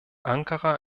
ankara